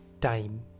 time